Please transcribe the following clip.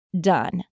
done